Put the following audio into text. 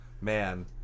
Man